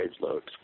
loads